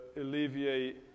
alleviate